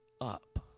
up